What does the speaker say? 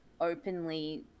openly